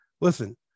Listen